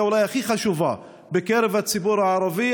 שהיא אולי הכי חשובה בקרב הציבור הערבי.